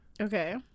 Okay